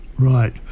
Right